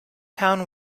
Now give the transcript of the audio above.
town